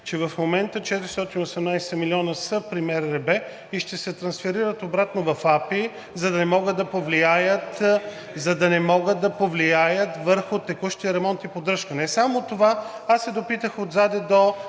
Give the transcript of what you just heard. че в момента 418 милиона са при МРРБ и ще се трансферират обратно в АПИ, за да не могат да повлияят върху текущия ремонт и поддръжка. Не само това. Аз се допитах отзад до